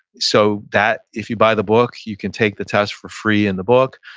so that if you buy the book, you can take the test for free in the book.